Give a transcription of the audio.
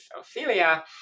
Ophelia